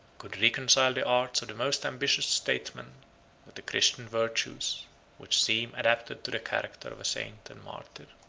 could reconcile the arts of the most ambitious statesman with the christian virtues which seem adapted to the character of a saint and martyr.